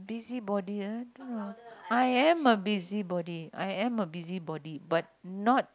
busybody ah I am a busybody I am a busybody but not